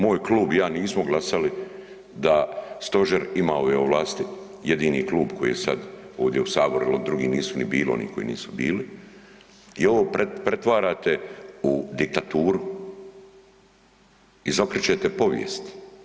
Moj klub i ja nismo glasali da stožer ima ove ovlasti, jedini klub koji je ovdje sad u Saboru ili drugi nisu ni bili oni koji nisu bili i ovo pretvarate u diktaturu, izokrećete povijest.